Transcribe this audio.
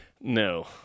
No